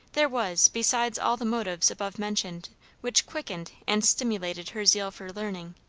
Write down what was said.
there was, besides all the motives above mentioned which quickened and stimulated her zeal for learning,